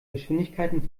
geschwindigkeiten